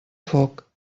foc